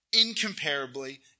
incomparably